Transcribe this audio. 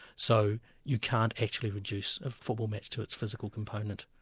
so you can't actually reduce a football match to its physical component,